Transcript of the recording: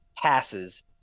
passes